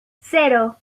cero